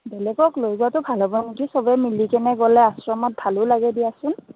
বেলেগক লৈ যোৱাতো ভাল হ'ব নেকি সবে মিলিকেনে গ'লে আশ্ৰমত ভালো লাগে দিয়াচোন